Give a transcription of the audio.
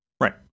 right